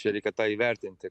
čia reikia tą įvertinti